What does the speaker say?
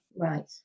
Right